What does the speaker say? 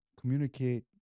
communicate